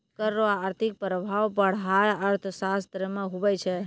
कर रो आर्थिक प्रभाब पढ़ाय अर्थशास्त्र मे हुवै छै